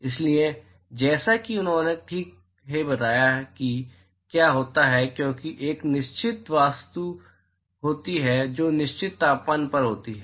इसलिए जैसा कि उन्होंने ठीक ही बताया कि क्या होता है क्योंकि एक निश्चित वस्तु होती है जो निश्चित तापमान पर होती है